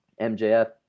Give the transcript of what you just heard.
MJF